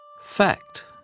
Fact